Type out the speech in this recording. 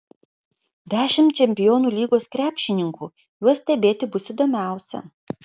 dešimt čempionų lygos krepšininkų juos stebėti bus įdomiausia